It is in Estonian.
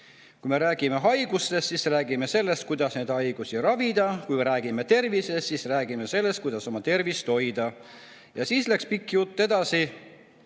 Kui me räägime haigustest, siis räägime sellest, kuidas neid haigusi ravida. Kui me räägime tervisest, siis räägime sellest, kuidas oma tervist hoida. Ja siis läks pikk jutt edasi